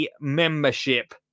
membership